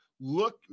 look